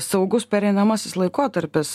saugus pereinamasis laikotarpis